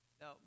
Now